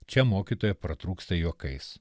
čia mokytoja pratrūksta juokais